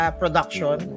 production